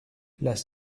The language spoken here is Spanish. las